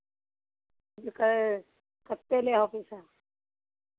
जे बता कितने लेओ पैसा